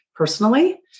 personally